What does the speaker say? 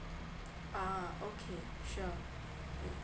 uh okay sure